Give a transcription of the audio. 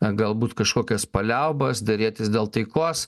galbūt kažkokias paliaubas derėtis dėl taikos